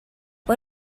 but